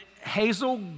Hazel